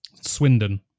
Swindon